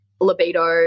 libido